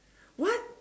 what